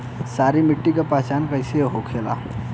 सारी मिट्टी का पहचान कैसे होखेला?